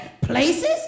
places